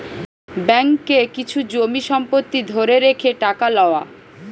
ব্যাঙ্ককে কিছু জমি সম্পত্তি ধরে রেখে টাকা লওয়া